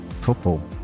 football